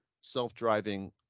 self-driving